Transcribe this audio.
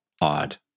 odd